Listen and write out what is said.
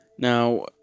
Now